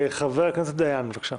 חבר הכנסת דיין, בבקשה.